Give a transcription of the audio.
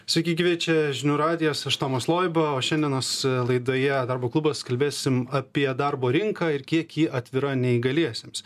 sveiki gyvi čia žinių radijas aš tomas loiba o šiandienos laidoje darbo klubas kalbėsim apie darbo rinką ir kiek ji atvira neįgaliesiems